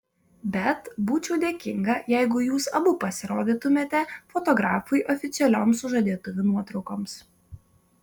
bet būčiau dėkinga jeigu jūs abu pasirodytumėte fotografui oficialioms sužadėtuvių nuotraukoms